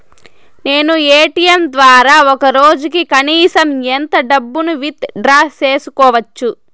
నేను ఎ.టి.ఎం ద్వారా ఒక రోజుకి కనీసం ఎంత డబ్బును విత్ డ్రా సేసుకోవచ్చు?